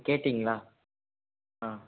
கேட்டீங்களா ஆ